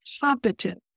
competent